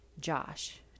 Josh